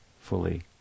fully